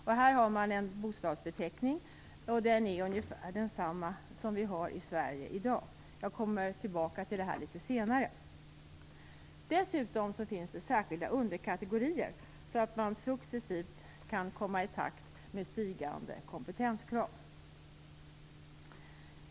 För detta använder man en bokstavsbeteckning som är ungefär densamma som den vi har i Sverige i dag. Jag kommer tillbaka till detta litet senare. Dessutom finns det särskilda underkategorier, så att man successivt kan komma i takt med stigande kompetenskrav.